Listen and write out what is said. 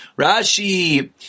Rashi